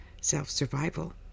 Self-survival